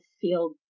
feel